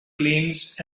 claims